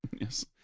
Yes